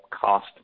cost